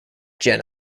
jena